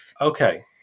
Okay